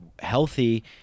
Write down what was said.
healthy